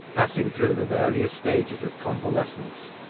passing through the various stages of convalescence,